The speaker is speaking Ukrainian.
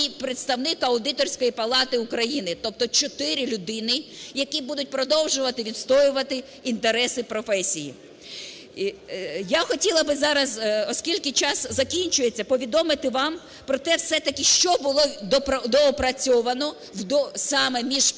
представник Аудиторської палати України, тобто 4 людини, які будуть продовжувати відстоювати інтереси професії. Я хотіла би зараз, оскільки час закінчується, повідомити вам про те все-таки, що було доопрацьовано саме між першим